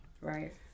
Right